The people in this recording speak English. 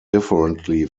differently